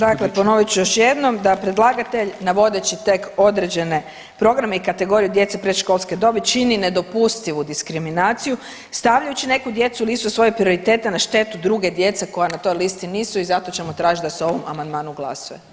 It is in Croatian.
Dakle, ponovit ću još jednom da predlagatelj navodeći tek određene programe i kategorije djeci predškolske dobi čini nedopustivu diskriminaciju stavljajući neku djecu i listu svojih prioriteta na štetu druge djece koja na toj listi nisu i zato ćemo tražiti da se o ovom amandmanu glasuje.